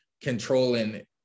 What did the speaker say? controlling